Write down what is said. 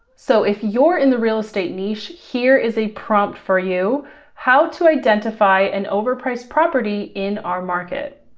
so if you're in the real estate niche, here is a prompt for you how to identify an overpriced property in our market.